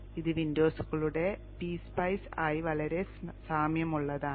ഇത് വിൻഡോസുകളുടെ pSpice ആയി വളരെ സാമ്യമുള്ളതാണ്